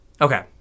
Okay